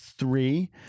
Three